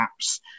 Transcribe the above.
apps